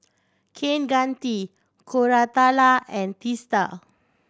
Kaneganti Koratala and Teesta